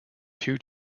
two